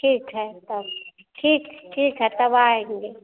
ठीक है तब ठीक ठीक है तब आएँगे